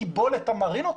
מקיבולת המרינות,